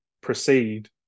proceed